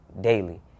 daily